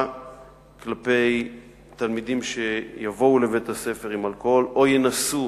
כלפי תלמידים שיבואו לבית-הספר עם אלכוהול או ינסו